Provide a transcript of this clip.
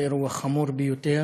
זה אירוע חמור ביותר.